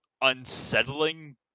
unsettling